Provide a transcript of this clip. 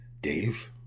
Dave